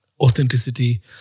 authenticity